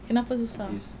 habis